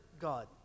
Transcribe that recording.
God